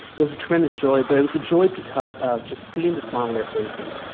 it was a tremendous joy but it was a joy because of just seeing the smile on their faces.